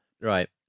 right